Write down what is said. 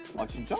what should